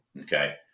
Okay